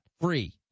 free